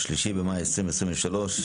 3 במאי 2023,